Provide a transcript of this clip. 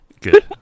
Good